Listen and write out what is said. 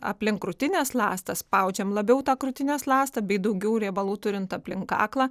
aplink krūtinės ląstą spaudžiam labiau tą krūtinės ląstą bei daugiau riebalų turint aplink kaklą